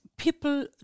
people